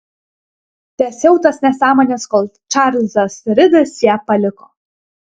tęsiau tas nesąmones kol čarlzas ridas ją paliko